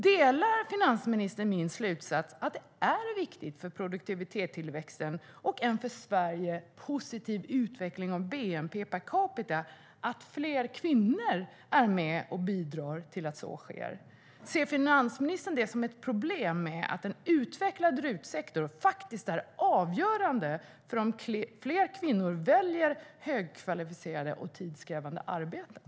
Delar finansministern min slutsats att det är viktigt för produktivitetstillväxten och en för Sverige positiv utveckling av bnp:n att fler kvinnor är med och bidrar till att så sker? Ser finansministern det som ett problem att en utvecklad RUT-sektor faktiskt är avgörande för om fler kvinnor väljer högkvalificerade och tidskrävande arbeten?